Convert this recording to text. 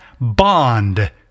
bond